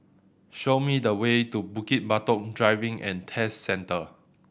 show me the way to Bukit Batok Driving and Test Centre